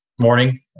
morning